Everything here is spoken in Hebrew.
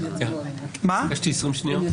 יש לי 20 שניות?